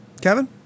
Kevin